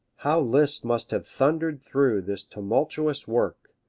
how liszt must have thundered through this tumultuous work!